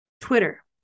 Twitter